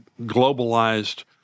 globalized